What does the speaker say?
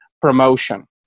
promotion